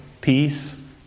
peace